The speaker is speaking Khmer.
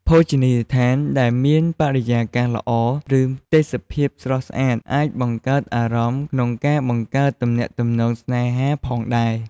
ភោជនីយដ្ឋានដែលមានបរិយាកាសល្អ ឬទេសភាពស្រស់ស្អាត អាចបង្កើតអារម្មណ៍ក្នុងការបង្កើតទំនាក់ទំនងស្នេហាផងដែរ។